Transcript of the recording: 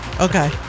Okay